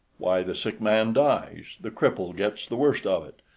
why, the sick man dies, the cripple gets the worst of it,